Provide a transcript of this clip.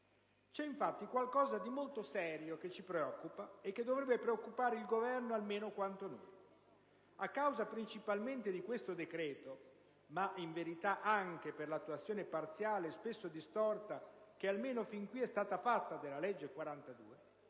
C'è infatti qualcosa di molto serio che ci preoccupa e che dovrebbe preoccupare il Governo almeno quanto noi. A causa principalmente di questo decreto, ma in verità anche per l'attuazione parziale e spesso distorta che almeno fin qui è stata fatta delle legge n.